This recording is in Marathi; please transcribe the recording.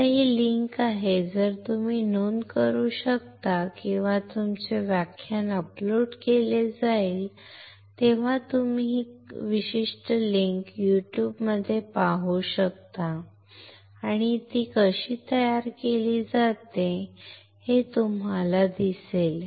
आता ही लिंक आहे जर तुम्ही नोंद करू शकता किंवा तुमचे व्याख्यान अपलोड केले जाईल तेव्हा तुम्ही ही विशिष्ट लिंक YouTube मध्ये पाहू शकता आणि ती कशी तयार केली जाते ते तुम्हाला दिसेल